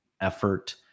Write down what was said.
effort